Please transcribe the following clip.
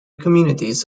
communities